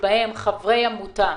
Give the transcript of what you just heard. שבהם חברי עמותה,